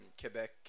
Quebec